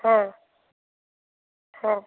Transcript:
হ্যাঁ হ্যাঁ